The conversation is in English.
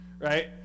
right